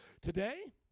Today